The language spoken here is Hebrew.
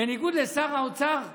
בניגוד לשר האוצר הנוכחי,